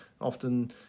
often